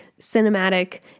cinematic